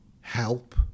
help